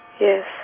Yes